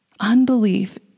Unbelief